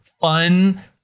fun